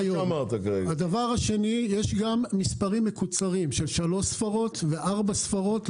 יש גם מספרים מקוצרים של שלוש ספרות ושל ארבע ספרות.